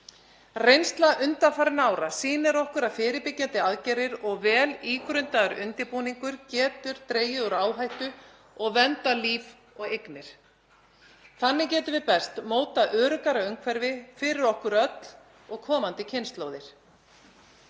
Reynsla undanfarinna ára sýnir okkur að fyrirbyggjandi aðgerðir og vel ígrundaðar undirbúningur getur dregið úr áhættu og verndað líf og eignir. Þannig getum við best mótað öruggara umhverfi fyrir okkur öll og komandi kynslóðir.